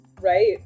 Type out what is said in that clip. Right